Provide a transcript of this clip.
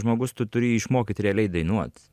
žmogus tu turi jį išmokyt realiai dainuot